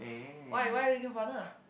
why why looking partner